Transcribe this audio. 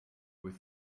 with